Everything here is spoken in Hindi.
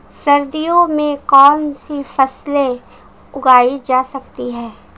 सर्दियों में कौनसी फसलें उगाई जा सकती हैं?